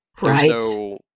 Right